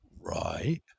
Right